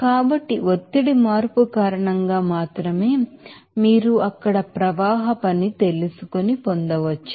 కాబట్టి ఒత్తిడి మార్పు కారణంగా మాత్రమే మీరు అక్కడ ప్రవాహ పని పొందవచ్చు